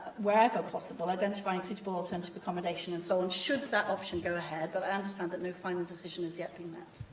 wherever possible, identifying suitable alternative accommodation, and so on, should that option go ahead, but i understand that no final decision has yet been made.